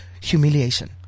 humiliation